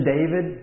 David